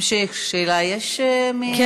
המשך שאלה יש, חברת הכנסת יעל כהן-פארן?